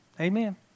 Amen